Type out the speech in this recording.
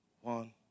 one